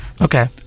okay